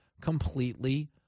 completely